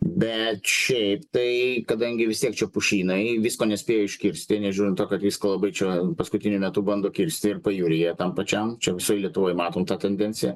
bet šiaip tai kadangi vis tiek čia pušynai visko nespėjo iškirsti nežiūrint to kad visko labai čia paskutiniu metu bando kirsti ir pajūryje tam pačiam čia visoj lietuvoj matom tendenciją